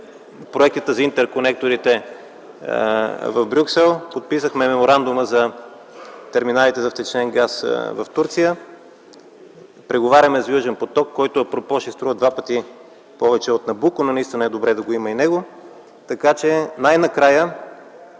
проектите за интерконекторите в Брюксел, подписахме Меморандума за терминалите за втечнен газ в Турция, преговаряме за „Южен поток”, който, апропо, ще струва два пъти повече от „Набуко”, но наистина е добре да го има. Добре е, че България,